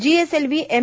GSLV M